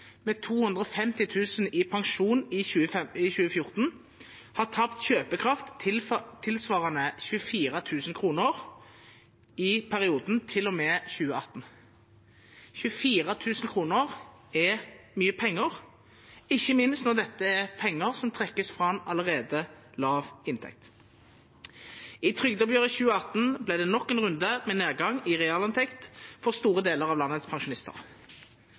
med 250 000 kr i pensjon i 2014 har tapt kjøpekraft tilsvarende 24 000 kr i perioden til og med 2018. 24 000 kr er mye penger, ikke minst når dette er penger som trekkes fra en allerede lav inntekt. I trygdeoppgjøret 2018 ble det nok en runde med nedgang i realinntekt for store deler av landets pensjonister.